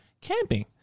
camping